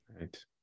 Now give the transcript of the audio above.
Right